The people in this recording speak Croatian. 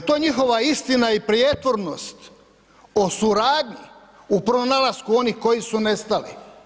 Je li to njihova istina i prijetvornost o suradnji u pronalasku onih koji su nestali?